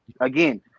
Again